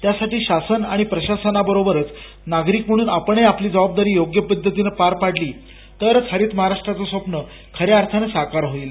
त्यासाठी शासन आणि प्रशासनाबरोबरच नागरिक म्हणून आपणही आपली जबाबदारी योग्य पद्धतीनं पार पाडली तरचं हरित महाराष्ट्राचं स्वप्न ख या अर्थानं साकार होईल